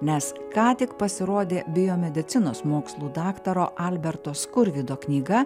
nes ką tik pasirodė biomedicinos mokslų daktaro alberto skurvydo knyga